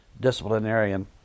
disciplinarian